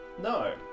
No